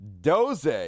Doze